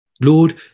Lord